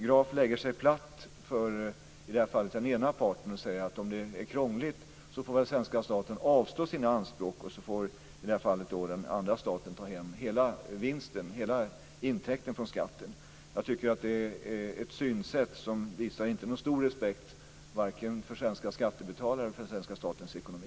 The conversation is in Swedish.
Graf lägger sig platt för den ena parten och säger att om det är krångligt så får väl den svenska staten avstå från sina anspråk och så får den andra staten ta hem hela vinsten, dvs. hela skatteintäkten. Jag tycker att det är ett synsätt som inte visar någon stor respekt varken för svenska skattebetalare eller för den svenska statens ekonomi.